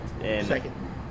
Second